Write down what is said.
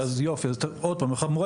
אם המורה